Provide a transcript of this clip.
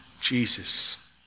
Jesus